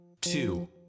two